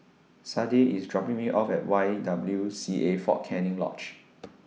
Sade IS dropping Me off At Y W C A Fort Canning Lodge